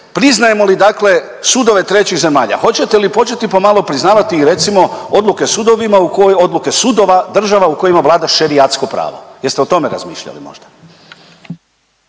Priznajemo li dakle sudove trećih zemalja? Hoćete li početi pomalo priznavati i recimo odluke sudovima u, odluke sudova država u kojima vlada šerijatsko pravo? Jeste o tome razmišljali možda?